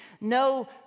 No